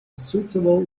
suitable